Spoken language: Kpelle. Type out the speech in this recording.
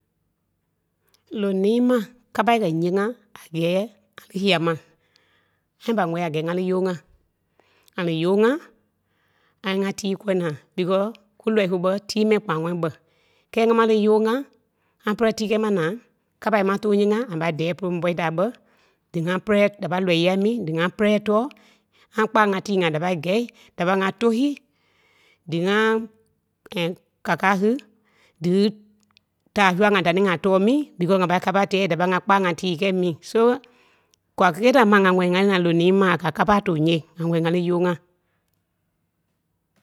lonii mai kapa a kɛ́ nyee ŋá a kɛ́ɛ ŋá lii sîa ma. ŋa pai wɛli a kɛ́ɛ ŋa li yɔɔŋa. ŋa li yɔɔŋa, ŋȧ li ŋá tíi kɔli naa. because ku lɔii su ɓɛi tîi m̀ɛni kpanaŋɔɔ ɓɛ́i. kɛ́ɛ ŋȧ máŋ li yɔɔŋa ŋá pɛlɛ tii kɛ́ ma naa kapa a ma too nyee ŋȧ, ŋa pai dìi pɔlu m̀ɓɔ taa kpe di-ŋa pɛlɛ da pai lɔii ya mí dí-ŋa pɛlɛ tɔ́ɔ ŋai kpanaŋ ŋai tii ŋai da pai kɛi da pai ŋai tɔu sîi, díŋa kaka sì di taa sûa ŋai da-ni ŋá tɔɔ mí because ŋá pai kapa tɛ̀ɛ da pai ŋá kpanaŋ ŋá tíi kɛi mí so kwaa kélee da ma ŋá wɛli ŋá li naa noni ma a ka kapa too nyee ŋa wɛli ŋá li yɔɔŋa.